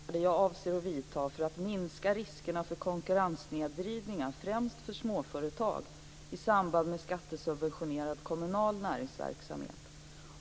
Fru talman! Ola Karlsson har frågat mig vilka åtgärder jag avser vidta för att minska riskerna för konkurrenssnedvridningar främst för småföretag i samband med skattesubventionerad kommunal näringsverksamhet.